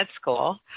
school